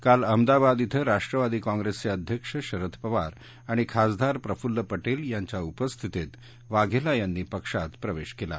काल अहमदाबाद अ ्व राष्ट्रवादी काँप्रेसचे अध्यक्ष शरद पवार आणि खासदार प्रफुल्ल पटेल यांच्या उपस्थितीत वाघेला यांनी पक्षात प्रवेश केला